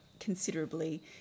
considerably